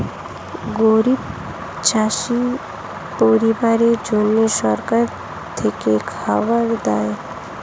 গরিব চাষি পরিবারের জন্য সরকার থেকে খাবার দেওয়া